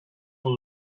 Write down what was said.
have